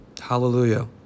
Hallelujah